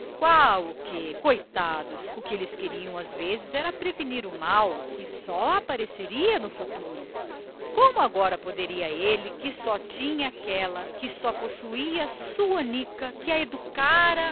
o quê coitados o que às vezes queriam era prevenir o mal que só depois havia de aparecer como agora poderia ele que só tinha aquela que só possuía a sua anica que a educara